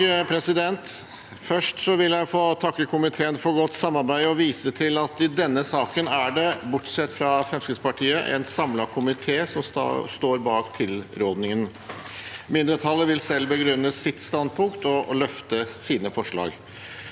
for saken): Først vil jeg få takke komiteen for godt samarbeid og vise til at i denne saken er det – bortsett fra Fremskrittspartiet – en samlet komité som står bak tilrådingen. Mindretallet vil selv begrunne sitt standpunkt og løfte sine forslag.